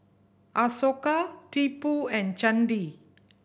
Ashoka Tipu and Chandi